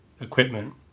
equipment